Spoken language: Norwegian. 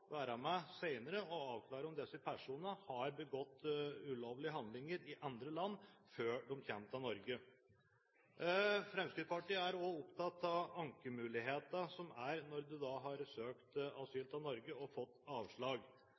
med på senere å avklare om disse personene har begått ulovlige handlinger i andre land før de kommer til Norge. Fremskrittspartiet er også opptatt av ankemuligheten når en har søkt om asyl i Norge og fått avslag.